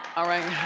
alright,